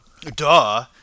Duh